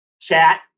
chat